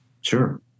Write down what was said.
Sure